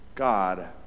God